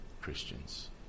Christians